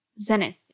Zenith